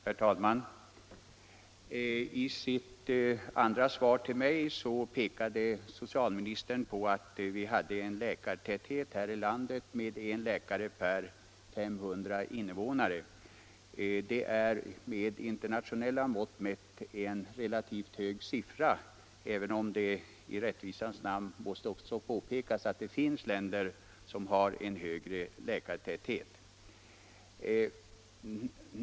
Herr talman! I sitt andra svar till mig påpekade socialministern att läkartätheten i landet är en läkare per 500 invånare. Med internationella mått mätt är det en relativt hög siffra — även om det i rättvisans namn också bör erinras om att det finns länder med större läkartäthet.